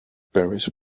berries